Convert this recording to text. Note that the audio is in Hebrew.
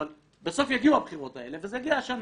אבל בסוף יגיעו הבחירות האלה וזה יגיע השנה,